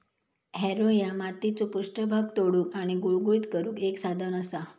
Harrow ह्या मातीचो पृष्ठभाग तोडुक आणि गुळगुळीत करुक एक साधन असा